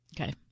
Okay